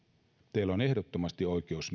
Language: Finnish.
teillä on ehdottomasti oikeus